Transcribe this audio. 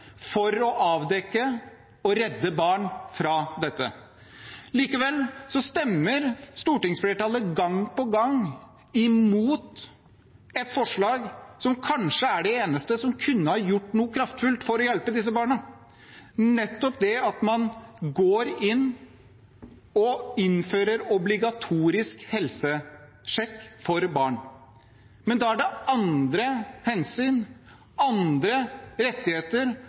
for å avdekke det og redde barn fra dette. Likevel stemmer stortingsflertallet gang på gang imot et forslag som kanskje er det eneste som kunne ha gjort noe kraftfullt for å hjelpe disse barna, nettopp det at man går inn og innfører obligatorisk helsesjekk for barn. Men da er det andre hensyn, andre rettigheter,